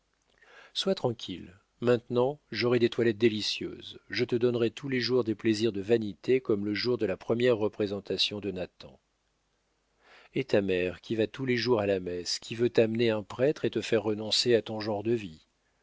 sois tranquille maintenant j'aurai des toilettes délicieuses je te donnerai tous les jours des plaisirs de vanité comme le jour de la première représentation de nathan et ta mère qui va tous les jours à la messe qui veut t'amener un prêtre et te faire renoncer à ton genre de vie